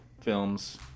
films